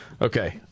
Okay